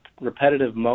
repetitive